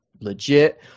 legit